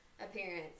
appearance